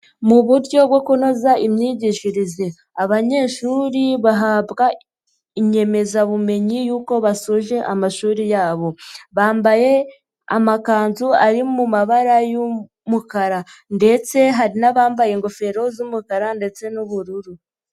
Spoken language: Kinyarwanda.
Mu buryo bwo kunoza imyigishirize abanyeshuri bahabwa inyemezabumenyi y'uko basoje amashuri yabo, bambaye amakanzu ari mu mabara y'umukara ndetse hari n'abambaye ingofero z'umukara ndetse n'ubururu.